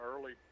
early